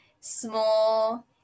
small